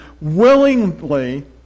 willingly